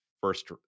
first